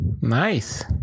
Nice